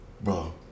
bro